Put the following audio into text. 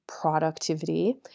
productivity